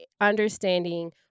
Understanding